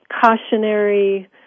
cautionary